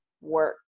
work